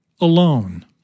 alone